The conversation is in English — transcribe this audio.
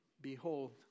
behold